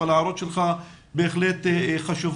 אבל ההערות שלך בהחלט חשובות.